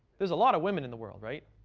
there's a lot of women in the world, right?